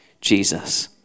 Jesus